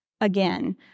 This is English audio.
again